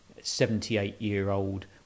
78-year-old